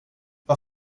vad